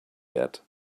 yet